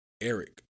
Eric